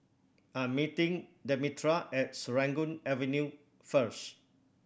I'm meeting Demetria at Serangoon Avenue first